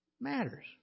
matters